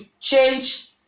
change